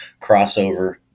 crossover